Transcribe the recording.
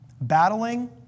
Battling